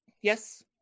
Yes